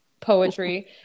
poetry